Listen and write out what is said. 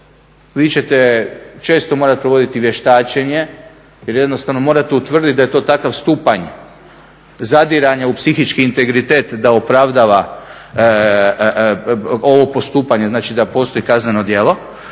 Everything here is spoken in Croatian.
vi ćete često morati provoditi vještačenje jer jednostavno morate utvrditi da je to takav stupanj zadiranja u psihički integritet da opravdava ovo postupanje, znači da postoji kazneno djelo